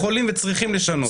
יכולים וצריכים לשנות.